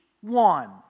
one